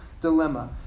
dilemma